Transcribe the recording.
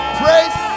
praise